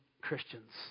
Christians